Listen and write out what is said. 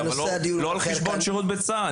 אבל לא על חשבון שירות בצה"ל,